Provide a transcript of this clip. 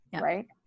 right